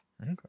okay